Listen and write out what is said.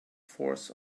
force